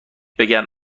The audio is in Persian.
بگن